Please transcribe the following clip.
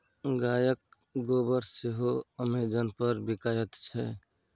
गायक गोबर सेहो अमेजन पर बिकायत छै